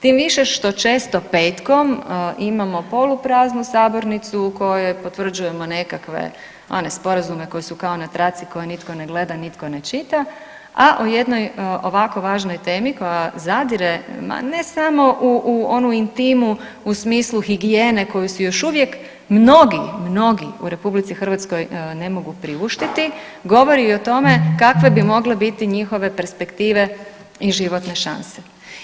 Tim više što često petkom imamo polu praznu sabornicu u kojoj potvrđujemo nekakve one sporazume koji su kao na traci koje nitko ne gleda, nitko ne čita a o jednoj ovako važnoj temi koja zadire ma ne samo u onu intimu u smislu higijene koju si još uvijek mnogi, mnogi u RH ne mogu priuštiti govori i o tome kakve bi mogle biti njihove perspektive i životne šanse.